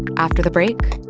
after the break,